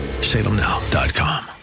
salemnow.com